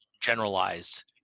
generalized